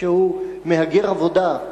כשהוא מהגר עבודה,